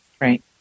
Right